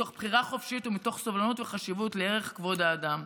מתוך בחירה חופשית ומתוך סובלנות וחשיבות לערך כבוד האדם.